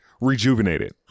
rejuvenated